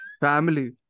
Family